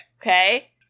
Okay